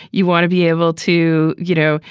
you want to be able to, you know,